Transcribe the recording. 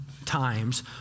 Times